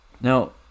Now